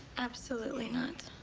absolutely not.